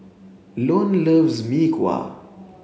loves Mee Kuah